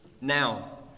Now